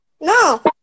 No